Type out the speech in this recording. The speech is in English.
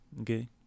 okay